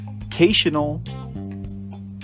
occasional